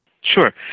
Sure